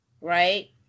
right